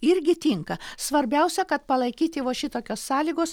irgi tinka svarbiausia kad palaikyti va šitokios sąlygos